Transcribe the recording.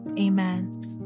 amen